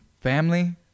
family